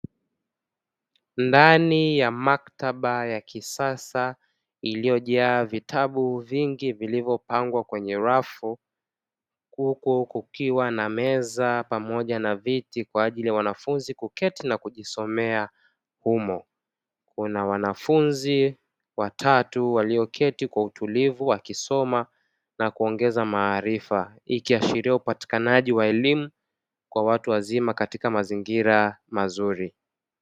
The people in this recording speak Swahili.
Ndani ya maktaba ya kisasa iliyojaa vitabu vingi vilivyopangwa kwenye rafu, huku kukiwa na meza pamoja na viti kwa ajili ya wanafunzi kuketi na kujisomea humo. Kuna wanafunzi watatu walioketi kwa utulivu wakisoma na kuongeza maarifa. Ikiashiria upatikanaji wa elimu kwa watu wazima katika mazingira mazuri.